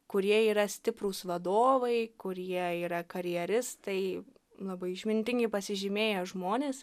kurie yra stiprūs vadovai kurie yra karjeristai labai išmintingi pasižymėję žmonės